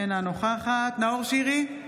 אינה נוכחת נאור שירי,